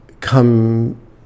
Come